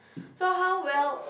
so how well